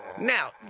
Now